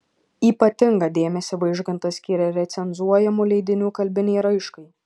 ypatingą dėmesį vaižgantas skyrė recenzuojamų leidinių kalbinei raiškai